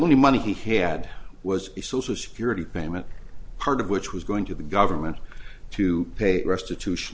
only money he had was a social security payment part of which was going to the government to pay restitution